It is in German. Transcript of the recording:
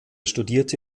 studierte